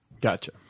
Gotcha